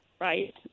right